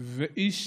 ואיש